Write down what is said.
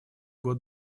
год